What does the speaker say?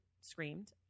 screamed